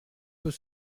peut